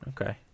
okay